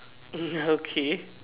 okay